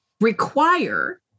require